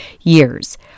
years